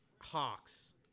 Hawks